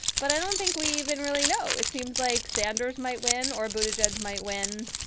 but i don't think we even really know. it seems like sanders might win or buthe just might win.